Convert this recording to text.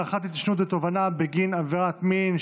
הארכת התיישנות של תובענה בגין עבירת מין),